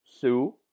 Sue